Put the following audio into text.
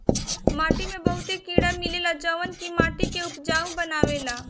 माटी में बहुते कीड़ा मिलेला जवन की माटी के उपजाऊ बनावेला